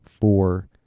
four